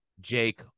Jake